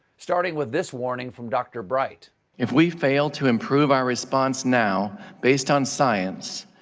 starting with this warning from dr. bright if we fail to improve our response now based on science,